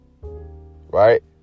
Right